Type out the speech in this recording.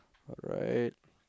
alright